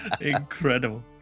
Incredible